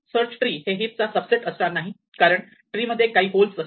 search tree हे heap चा subset असणार नाही कारण ट्री मध्ये काही होल असतील